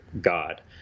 God